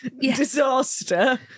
disaster